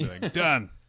done